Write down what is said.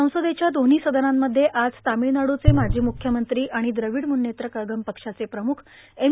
संसदेच्या दोन्ही सदनांमध्ये आज तामिळनाडूचे माजी मुख्यमंत्री आणि द्रविड मुनेत्र कळघम पक्षाचे नेतृत्व एम